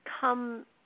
come